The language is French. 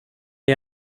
est